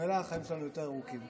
ממילא החיים שלנו יותר ארוכים.